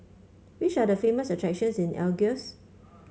which are the famous attractions in Algiers